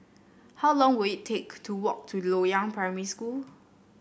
how long will it take to walk to Loyang Primary School